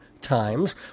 times